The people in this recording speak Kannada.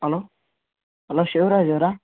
ಅಲೋ ಅಲೋ ಶಿವರಾಜ್ ಅವ್ರಾ